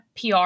PR